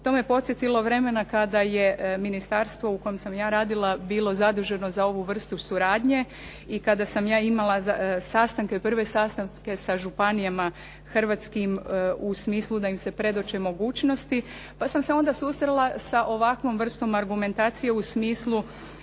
To me podsjetilo vremena kada je ministarstvo u kojem sam ja radila bilo zaduženo za ovu vrstu suradnje i kada sam ja imala sastanke, prve sastanke sa županijama hrvatskim u smislu da im se predoče mogućnosti, pa sam se onda susrela sa ovakvom vrstom argumentacije u smislu